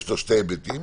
יש לו שני היבטים.